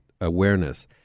awareness